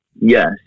Yes